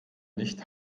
nicht